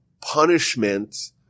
punishment